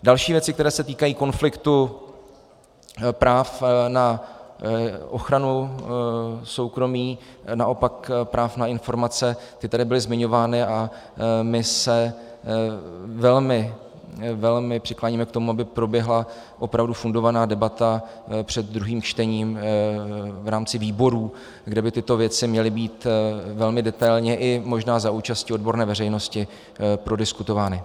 Další věci, které se týkají konfliktu práv na ochranu soukromí, naopak práv na informace, ty tady byly zmiňovány a my se velmi přikláníme k tomu, aby proběhla opravdu fundovaná debata před druhým čtením v rámci výborů, kde by tyto věci měly být velmi detailně, i možná za účasti odborné veřejnosti, prodiskutovány.